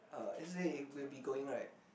uh let's say if we'll be going right